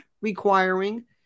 requiring